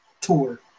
tour